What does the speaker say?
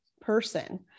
person